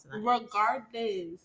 regardless